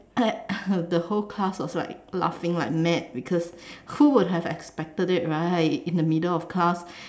the whole class was like laughing like mad because who would have expected it right in the middle of class